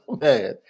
Man